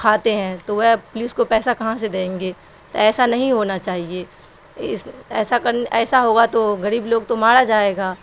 کھاتے ہیں تو وہ پولیس کو پیسہ کہاں سے دیں گے تو ایسا نہیں ہونا چاہیے اس ایسا کر ایسا ہوگا تو غریب لوگ تو مارا جائے گا